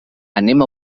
anem